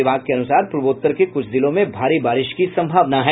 विभाग के अनुसार पूर्वोत्तर के कुछ जिलों में भारी बारिश की संभावना है